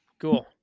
Cool